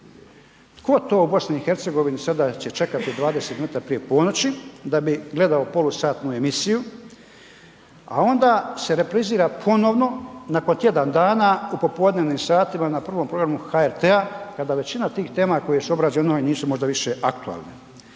Tko to u BiH sada će čekati 20 minuta prije ponoći da bi gledao polusatnu emisiju, a onda se reprizira ponovno nakon tjedan dana u popodnevnim satima na 1. programu HRT-a kada većina tih tema koje su obrađene …/Govornik se ne